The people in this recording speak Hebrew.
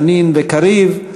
חנין וקריב,